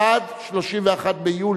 עד 31 ביולי,